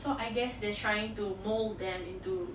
so I guess they're trying to mould them into